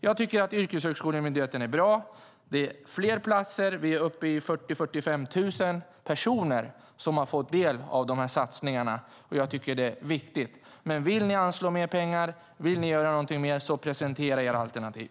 Jag tycker att yrkeshögskolemyndigheten är bra. Det finns fler platser; vi är uppe i 40 000-45 000 personer som har fått del av satsningarna. Jag tycker att det är viktigt. Men om ni vill anslå mer pengar och om ni vill göra någonting mer - presentera era alternativ!